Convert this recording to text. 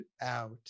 out